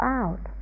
out